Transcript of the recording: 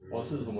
mm